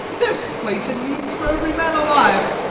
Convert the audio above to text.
there's place and means for every man alive.